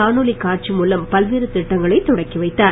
காணொலி காட்சி மூலம் பல்வேறு திட்டங்களைத் தொடக்கி வைத்தார்